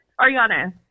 Ariana